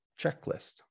checklist